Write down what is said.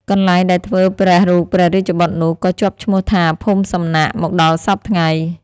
កន្លែងដែលធ្វើព្រះរូបព្រះរាជបុត្រនោះ ក៏ជាប់ឈ្មោះថា ភូមិសំណាក មកដល់សព្វថ្ងៃ ។